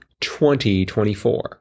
2024